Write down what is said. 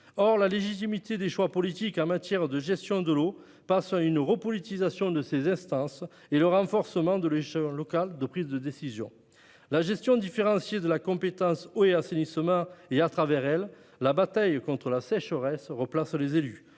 Or la légitimité des choix politiques en matière de gestion de l'eau passe par une repolitisation de ses instances et le renforcement de l'échelon local de prise de décision. » La gestion différenciée de la compétence eau et assainissement et, au travers d'elle, la bataille contre la sécheresse replacent les élus